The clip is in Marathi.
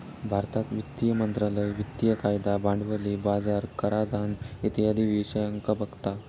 भारतात वित्त मंत्रालय वित्तिय कायदा, भांडवली बाजार, कराधान इत्यादी विषयांका बघता